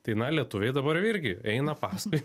tai na lietuviai dabar jau irgi eina paskui